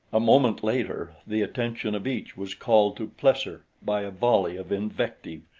a moment later the attention of each was called to plesser by a volley of invective.